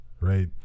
right